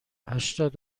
هشتاد